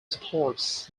supports